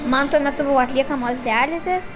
man tuo metu buvo atliekamos dializės